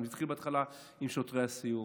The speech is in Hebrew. זה התחיל בהתחלה עם שוטרי הסיור